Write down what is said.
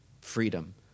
Freedom